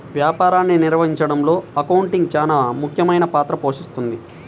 వ్యాపారాన్ని నిర్వహించడంలో అకౌంటింగ్ చానా ముఖ్యమైన పాత్ర పోషిస్తది